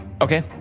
Okay